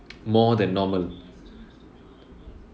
more than normal